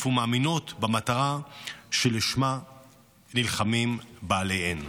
ומאמינות במטרה שלשמה נלחמים בעליהן.